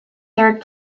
third